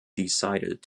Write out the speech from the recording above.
decided